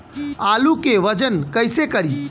आलू के वजन कैसे करी?